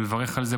אני מברך על זה,